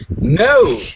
No